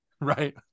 Right